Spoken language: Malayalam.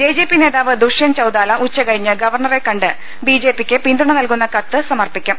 ജെജെപി നേതാവ് ദുഷ്യന്ത് ചൌതാല ഉച്ചകഴിഞ്ഞ് ഗവർണറെ കണ്ട് ബിജെപിക്ക് പിന്തുണ നൽകുന്ന കത്ത് സമർപ്പിക്കും